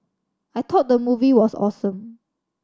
I thought the movie was awesome